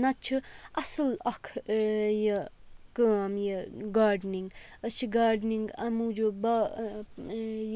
نَتہٕ چھِ اَصٕل اَکھ یہِ کٲم یہِ گاڈنِنٛگ أسۍ چھِ گاڈنِنٛگ اَمہِ موٗجوٗب با